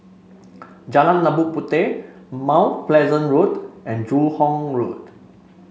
Jalan Labu Puteh Mount Pleasant Road and Joo Hong Road